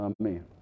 amen